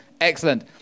excellent